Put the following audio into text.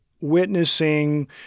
witnessing